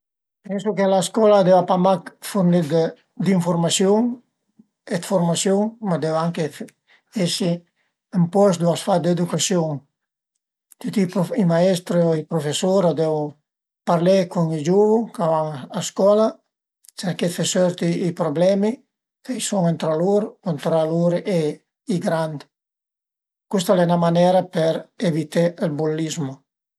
Pensu che la scola a deva pa mach furnì d'infurmasiun e dë furmasiun, ma a deu anche esi ün post ëndua a s'fa d'edücasiun. Tüti i maestru, i prufesur a devu parlé cun i giuvu ch'a van a scola, cerché dë fe sörti i problemi che a i sun tra lur o tra lur e i grand. Custa al e 'na manera për evité ël bullizmo